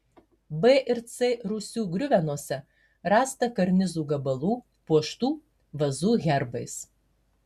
b ir c rūsių griuvenose rasta karnizų gabalų puoštų vazų herbais